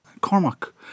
Cormac